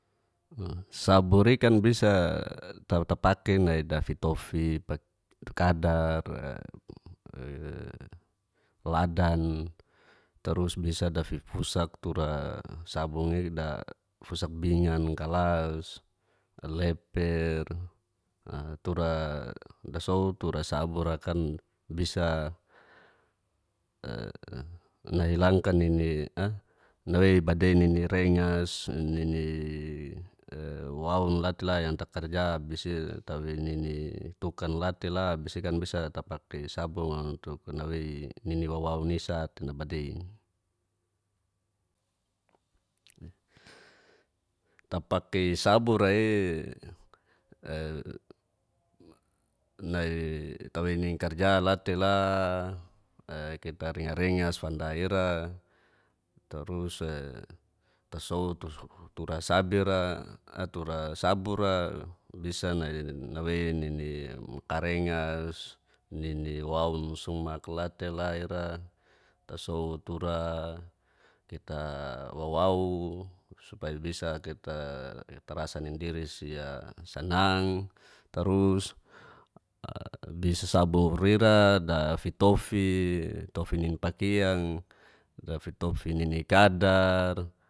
Sabur'i kan bisa tapaki ni dafitofi kadar ladan tarus bisa dafifusak tura sabungi dafusaak bingan, galas, leper, tura dasou tura sabur'a kan bisa nawei badein nini rengas nini waun lattela yang takarja abis i tawei nini tukan latela abis i'kan bisa tapaki sabunga untuk nawei nini wawun isate nabadei tapaki sabur'i nai tei ninkarja latela kita rengarengar fanda tela ira tarus tasou tura sabur'a bisa nai nawei nini makarengas nini waun sumak latela ira tasou tur tita wawau supai bisa kita tarasa nin diri si'a sanang tarus di sasabur ira dafitofi nin pakiang tafitofi nini kadar.